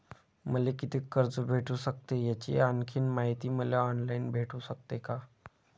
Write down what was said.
मले कितीक कर्ज भेटू सकते, याची आणखीन मायती मले ऑनलाईन भेटू सकते का?